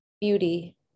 beauty